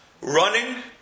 running